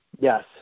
Yes